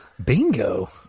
Bingo